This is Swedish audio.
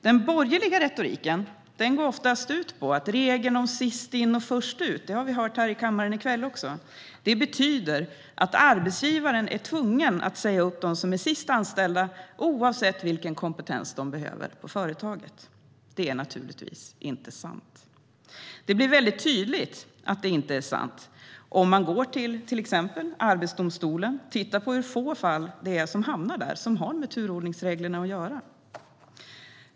Den borgerliga retoriken går oftast ut på att regeln om sist in och först ut betyder att arbetsgivaren är tvungen att säga upp dem som är sist anställda oavsett vilken kompetens man behöver på företaget - det har vi hört här i kväll också. Det är naturligtvis inte sant. Det blir väldigt tydligt att det inte är sant om man går till exempelvis Arbetsdomstolen och tittar på hur få fall det är som har med turordningsreglerna att göra.